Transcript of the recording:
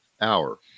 hour